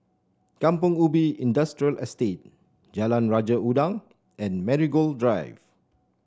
Kampong Ubi Industrial Estate Jalan Raja Udang and Marigold Drive